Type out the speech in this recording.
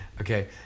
okay